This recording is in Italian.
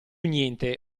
niente